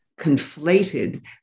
conflated